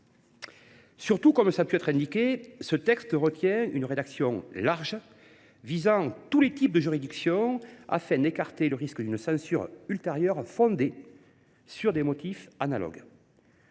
Surtout, ce texte retient une rédaction large, visant tous les types de juridictions, afin d’écarter le risque d’une censure ultérieure fondée sur des motifs analogues.